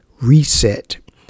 reset